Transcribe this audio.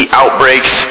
outbreaks